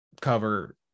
cover –